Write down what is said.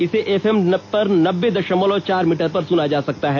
इसे F M पर नब्बे दशमलव चार मीटर पर सुना जा सकता है